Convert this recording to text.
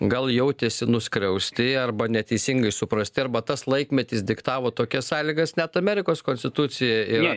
gal jautėsi nuskriausti arba neteisingai suprasti arba tas laikmetis diktavo tokias sąlygas net amerikos konstitucija yra